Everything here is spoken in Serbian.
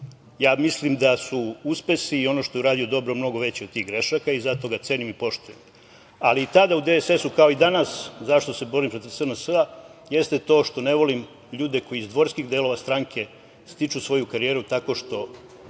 napravio. Mislim da su uspesi i ono što je uradio dobro, mnogo veći od tih grešaka i zato ga cenim i poštujem. Ali, tada u DSS-u, kao i danas, zašto se borim protiv SNS, jeste to što ne volim ljude koji iz dvorskih delova stranke stiču svoju karijeru tako što